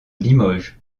limoges